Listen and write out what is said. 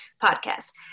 podcast